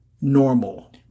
normal